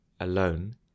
alone